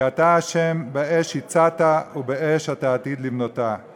כי אתה ה' באש הִצַּתָּהּ ובאש אתה עתיד לבנותה";